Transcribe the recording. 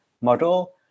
model